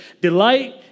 Delight